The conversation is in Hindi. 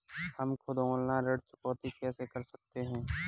हम खुद ऑनलाइन ऋण चुकौती कैसे कर सकते हैं?